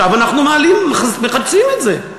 ועכשיו אנחנו מחדשים את זה.